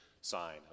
sign